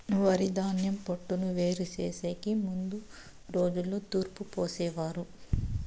వరిధాన్యం పొట్టును వేరు చేసెకి ముందు రోజుల్లో తూర్పు పోసేవారు